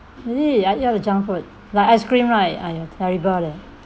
really I eat all the junk food like ice cream right ah ya terrible leh